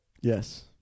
Yes